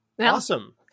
Awesome